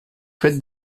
faites